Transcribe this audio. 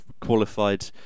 qualified